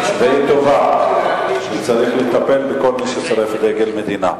כי צריך לטפל בכל מי ששורף את דגל המדינה.